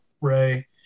Ray